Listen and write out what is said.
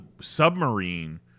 submarine